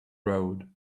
road